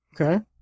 Okay